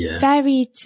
varied